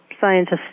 scientists